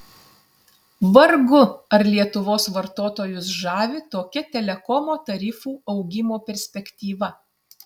vargu ar lietuvos vartotojus žavi tokia telekomo tarifų augimo perspektyva